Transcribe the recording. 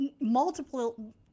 multiple